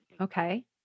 Okay